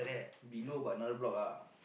below but another block ah